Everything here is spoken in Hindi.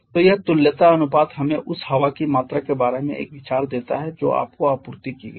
तो यह तुल्यता अनुपात हमें उस हवा की मात्रा के बारे में एक विचार देता है जो आपको आपूर्ति की गई है